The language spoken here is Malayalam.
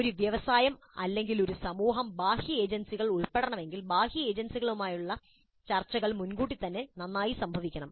ഒരു വ്യവസായം അല്ലെങ്കിൽ ഒരു സമൂഹം ബാഹ്യഏജൻസികൾ ഉൾപ്പെടണമെങ്കിൽ ബാഹ്യഏജൻസികളുമായുള്ള ചർച്ചകൾ മുൻകൂട്ടി തന്നെ നന്നായി സംഭവിക്കണം